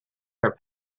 her